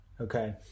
Okay